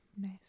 Nice